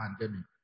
pandemic